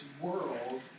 world